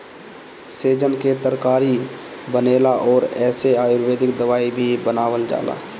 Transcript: सैजन कअ तरकारी बनेला अउरी एसे आयुर्वेदिक दवाई भी बनावल जाला